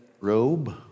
robe